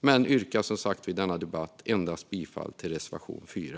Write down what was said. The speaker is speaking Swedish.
Jag yrkar dock bifall endast till reservation 4.